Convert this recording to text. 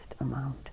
amount